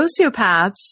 sociopaths